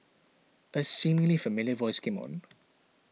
a seemingly familiar voice came on